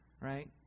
right